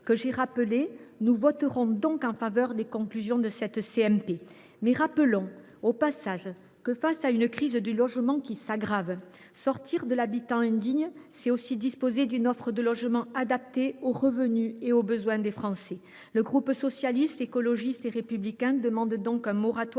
que j’ai rappelées, nous voterons en faveur des conclusions de cette commission mixte paritaire. Toutefois, rappelons que face à une crise du logement qui s’aggrave, sortir de l’habitat indigne impose aussi de disposer d’une offre de logements adaptés aux revenus et aux besoins des Français. Le groupe Socialiste, Écologiste et Républicain demande donc un moratoire